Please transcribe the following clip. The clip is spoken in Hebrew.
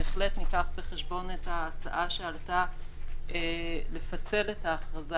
בהחלט נביא בחשבון את ההצעה שעלתה לפצל את ההכרזה,